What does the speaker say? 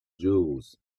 jewels